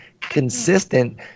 consistent